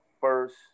first –